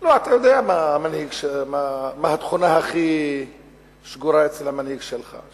אתה יודע מה התכונה הכי שגורה אצל המנהיג שלך,